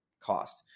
cost